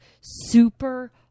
super